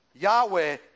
Yahweh